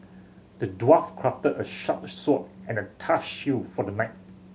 the dwarf crafted a sharp sword and a tough shield for the knight